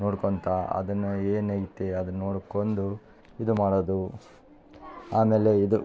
ನೋಡ್ಕೊತಾ ಅದನ್ನು ಏನು ಐತೆ ಅದನ್ನು ನೋಡ್ಕೊಂಡು ಇದು ಮಾಡೊದು ಆಮೇಲೆ ಇದು